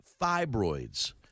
fibroids